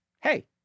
Hey